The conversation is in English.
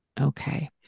okay